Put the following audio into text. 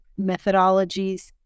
methodologies